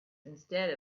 instead